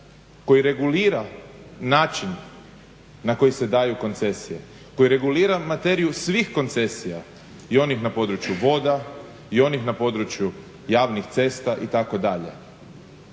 koji regulira način na koji se daju koncesije, koji regulira materiju svih koncesija i onih na području voda i onih na području javnih cesta itd.